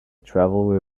travelled